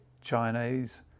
Chinese